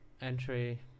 entry